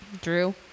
drew